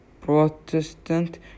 Protestant